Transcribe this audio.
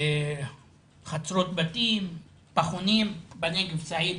חצרות בתים, פחונים, בנגב, סעיד.